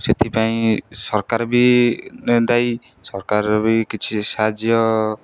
ସେଥିପାଇଁ ସରକାର ବି ଦାୟୀ ସରକାରର ବି କିଛି ସାହାଯ୍ୟ